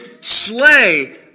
slay